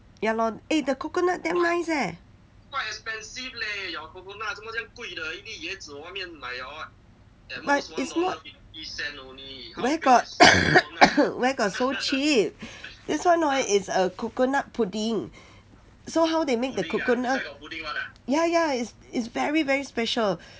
ya lor eh the coconut damn nice eh but is more where got where got so cheap this one hor is a coconut pudding so how they make the coconut ya ya is is very very special